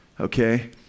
Okay